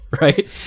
right